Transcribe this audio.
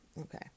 Okay